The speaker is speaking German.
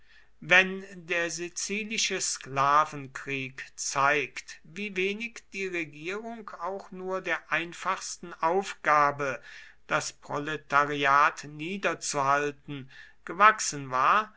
wenn der sizilische sklavenkrieg zeigt wie wenig die regierung auch nur der einfachsten aufgabe das proletariat niederzuhalten gewachsen war